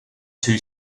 two